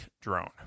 drone